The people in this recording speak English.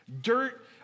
dirt